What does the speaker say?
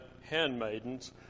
handmaidens